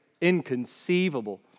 inconceivable